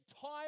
time